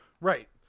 Right